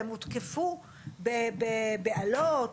והם הותקפו באלות,